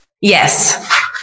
yes